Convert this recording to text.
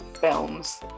films